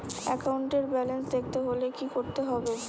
একাউন্টের ব্যালান্স দেখতে হলে কি করতে হবে?